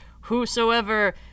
whosoever